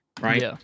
right